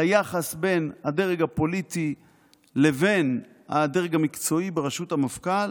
ליחס בין הדרג הפוליטי לבין הדרג המקצועי בראשות המפכ"ל,